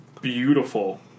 beautiful